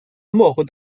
mort